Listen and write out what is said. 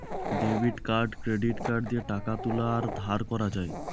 debit card credit card দিয়ে টাকা তুলা আর ধার করা যায়